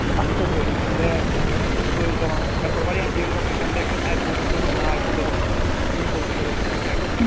تہٕ اَتھ خٲطرٕ حظ ٲسۍ اَسہِ بیٹ کیٚنٛہہ ضروٗرت وۅنۍ ٲسۍ دَپان تہٕ مےٚ کوٚر واریاہَن ڈیٖلرَن سۭتۍ کَنٹیکٹہٕ تہٕ اَتہِ بوٗزُم تُہُنٛد ناو تہِ دوٚپُکھ أمِس سۭتۍ تہِ کٔرِو تُہۍ کَنٛٹیکٹہٕ